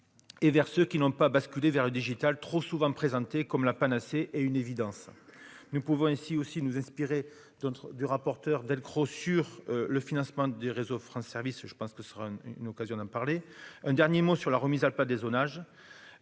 et vers ceux qui n'ont pas basculé vers le digital, trop souvent présentée comme la panacée et une évidence nous pouvons ainsi aussi nous inspirer du rapporteur Delcros sur le financement des réseaux France, service, je pense que ce sera une occasion d'en parler, un dernier mot sur la remise à l'pas des zonages